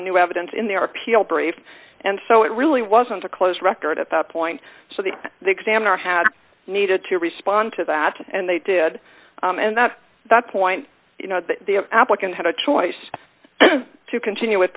a new evidence in their appeal brave and so it really wasn't a close record at that point so the examiner had needed to respond to that and they did and that that point you know that the applicant had a choice to continue with